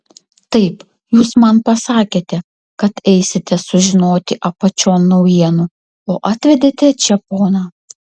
taip jūs man pasakėte kad eisite sužinoti apačion naujienų o atvedėte čia poną